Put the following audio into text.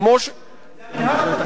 קודם כול,